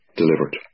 delivered